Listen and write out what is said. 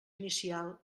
inicial